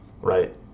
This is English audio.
right